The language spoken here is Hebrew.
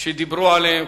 שדיברו עליהם,